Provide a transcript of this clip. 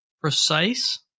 precise